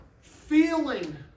feeling